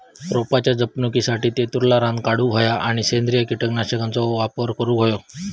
रोपाच्या जपणुकीसाठी तेतुरला रान काढूक होया आणि सेंद्रिय कीटकनाशकांचो वापर करुक होयो